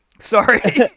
Sorry